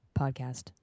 podcast